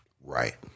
Right